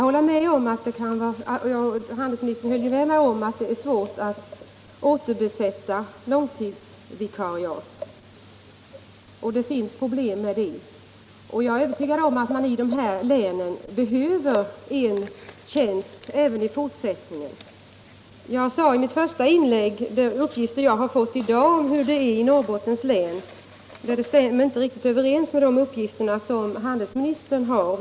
Handelsministern höll ju med mig om att det är svårt att återbesätta tjänsterna med långtidsvikariat och att det uppstår problem i samband med det. Jag är emellertid övertygad om att det i dessa län kommer att behövas sådana tjänster även i fortsättningen. I mitt första inlägg nämnde jag hur det är i Norrbottens län enligt de uppgifter som jag har fått, men de upplysningarna stämmer inte riktigt med de uppgifter som handelsministern har lämnat.